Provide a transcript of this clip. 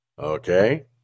Okay